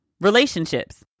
relationships